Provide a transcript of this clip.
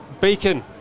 Beacon